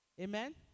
Amen